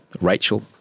Rachel